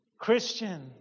Christian